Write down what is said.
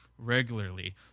regularly